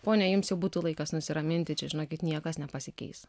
ponia jums jau būtų laikas nusiraminti čia žinokit niekas nepasikeis